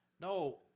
No